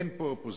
אין פה אופוזיציה.